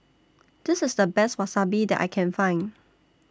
This IS The Best Wasabi that I Can Find